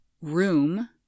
room